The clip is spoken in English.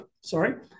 sorry